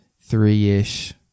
three-ish